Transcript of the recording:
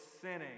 sinning